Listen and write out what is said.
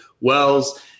wells